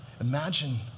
Imagine